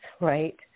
right